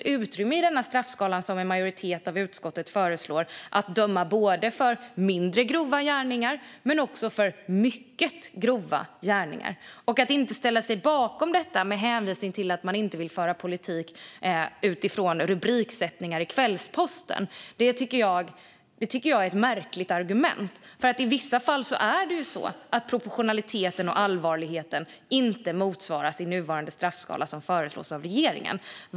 I den straffskala som en majoritet av utskottet föreslår finns det ju ett utrymme att döma för både mindre grova gärningar och mycket grova gärningar. Att man inte vill föra politik utifrån rubriksättningar i Kvällsposten tycker jag är ett märkligt argument för att inte ställa sig bakom detta, för i vissa fall är det så att proportionaliteten och allvarligheten inte motsvaras av nuvarande straffskala och regeringens förslag.